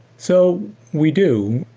so we do,